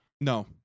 No